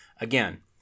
again